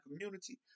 community